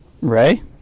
Ray